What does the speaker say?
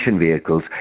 vehicles